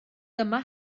dyma